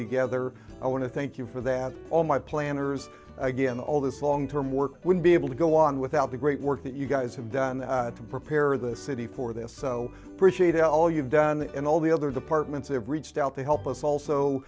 together i want to thank you for that all my planners again all this long term work will be able to go on without the great work that you guys have done to prepare the city for this so they all you've done and all the other departments they've reached out to help us also